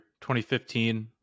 2015